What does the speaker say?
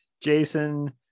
jason